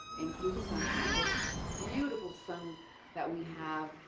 include sunshine. that's beautiful sun that we have.